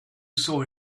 saw